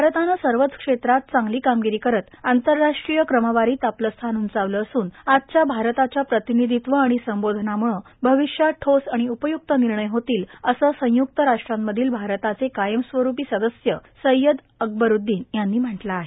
भारतानं सर्वच क्षेत्रात चांगली कामगिरी करत आंतरराष्ट्रीय क्रमवारीत आपलं स्थान उंचावलं असून आजच्या भारताच्या प्रतिनिधित्व आणि संबोधनामुळं भविष्यात वोस आणि उपयुक्त निर्णय होतील असं संयुक्त राष्ट्रामधील भारताचे कायमस्वरूपी सदस्य सय्यद अकबरूद्दीन यांनी म्हटलं आहे